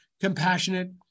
compassionate